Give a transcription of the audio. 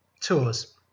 tours